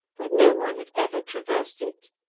but no one had ever traversed it,